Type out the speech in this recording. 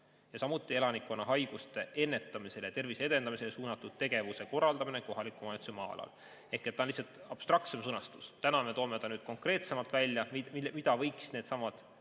samuti elanikkonna haiguste ennetamisele ja tervise edendamisele suunatud tegevuse korraldamine kohaliku omavalitsuse maa-alal. See on lihtsalt abstraktsem sõnastus. Nüüd me toome konkreetsemalt välja, mida võiks needsamad